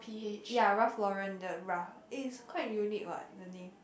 ya Ralph Lauren the Ralph it is quite unique what the name